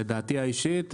לדעתי האישית,